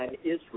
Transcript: Israel